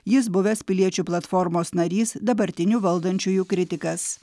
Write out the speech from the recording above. jis buvęs piliečių platformos narys dabartinių valdančiųjų kritikas